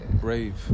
Brave